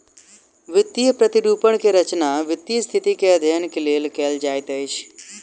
वित्तीय प्रतिरूपण के रचना वित्तीय स्थिति के अध्ययन के लेल कयल जाइत अछि